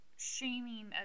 Shaming